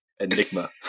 Enigma